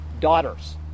daughters